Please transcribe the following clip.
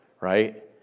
right